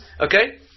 okay